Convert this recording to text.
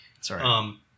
Sorry